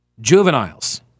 Juveniles